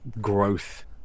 growth